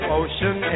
ocean